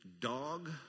dog